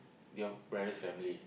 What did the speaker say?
your parents family